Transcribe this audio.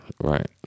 right